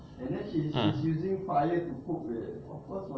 and then she's using fire to cook of course must